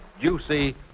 juicy